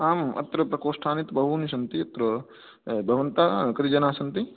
आम् अत्र प्रकोष्ठाः तु बहूनि सन्ति अत्र भवन्तः कति जनाः सन्ति